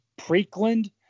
Preakland